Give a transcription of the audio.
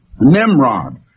Nimrod